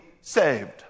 saved